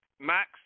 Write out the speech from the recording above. Max